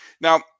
Now